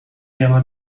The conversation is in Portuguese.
ela